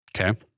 Okay